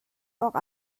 awk